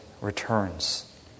returns